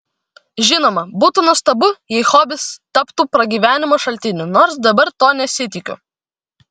žinoma būtų nuostabu jei hobis taptų pragyvenimo šaltiniu nors dabar to nesitikiu